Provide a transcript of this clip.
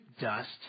Dust